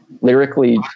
lyrically